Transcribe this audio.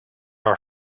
are